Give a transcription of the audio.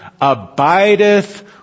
abideth